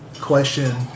question